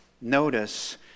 Notice